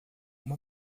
uma